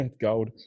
Gold